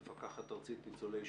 מפקחת ארצית ניצולי שואה.